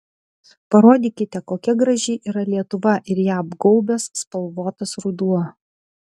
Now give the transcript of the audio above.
parodykite kokia graži yra lietuva ir ją apgaubęs spalvotas ruduo